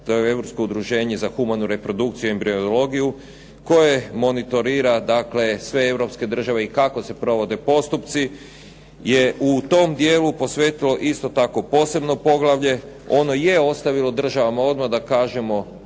to je Europsko udruženje za humanu reprodukciju i embriologiju, koje monitorira dakle sve europske države i kako se provode postupci, je u tom dijelu posvetilo isto tako posebno poglavlje. Ono je ostavilo državama odmah da kažemo